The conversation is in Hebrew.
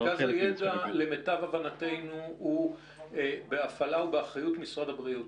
מרכז הידע למיטב הבנתנו הוא בהפעלה ואחריות משרד הבריאות.